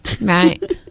Right